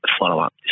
follow-up